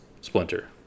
Splinter